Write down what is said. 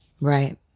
Right